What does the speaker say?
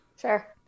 Sure